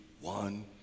one